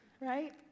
right